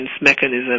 mechanism